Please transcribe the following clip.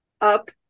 up